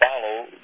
follow